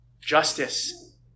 justice